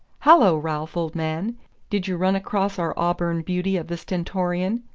hallo, ralph, old man did you run across our auburn beauty of the stentorian?